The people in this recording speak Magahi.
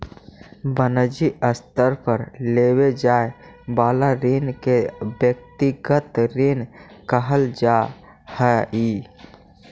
वनिजी स्तर पर लेवे जाए वाला ऋण के व्यक्तिगत ऋण कहल जा हई